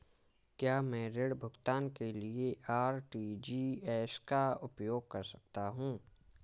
क्या मैं ऋण भुगतान के लिए आर.टी.जी.एस का उपयोग कर सकता हूँ?